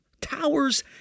towers